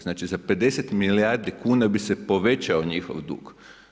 Znači za 50 milijardi kuna bi se povećao njihov dug.